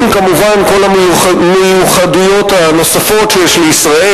עם כל המיוחדויות הנוספות שיש לישראל